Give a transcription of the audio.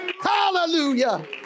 Hallelujah